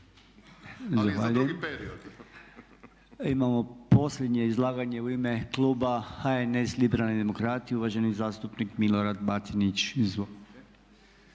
Ali za drugi period.